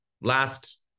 last